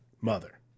mother